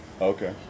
Okay